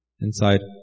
inside